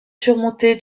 surmonté